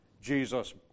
Jesus